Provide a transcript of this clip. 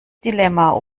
dilemma